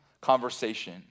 conversation